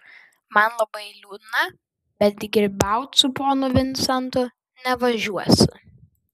man labai liūdna bet grybaut su ponu vincentu nevažiuosi